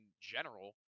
general